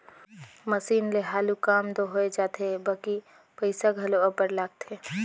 machine ले हालु काम दो होए जाथे बकि पइसा घलो अब्बड़ लागथे